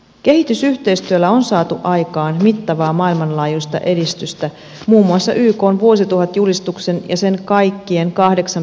kehitysyhteistyöllä on saatu aikaan mittavaa maailmanlaajuista edistystä muun muassa ykn vuosituhatjulistuksen ja sen kaikkien kahdeksan päätavoitteen osalta